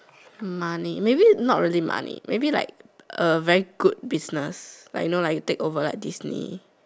money maybe not really money maybe like a very good business you know like you take over like Disney